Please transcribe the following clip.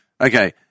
Okay